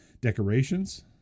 decorations